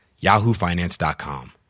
yahoofinance.com